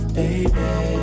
baby